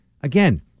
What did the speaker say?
Again